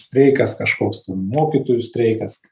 streikas kažkoks ten mokytojų streikas